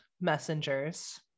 Messengers